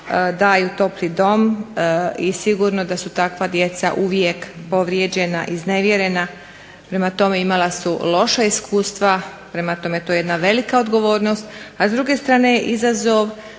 daju topli dom i sigurno da su takva djeca uvijek povrijeđena i iznevjerena, imali su loša iskustva prema tome, to je jedna velika odgovornost a s druge strane je izazov